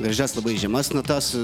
gražias labai žemas natas